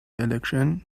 election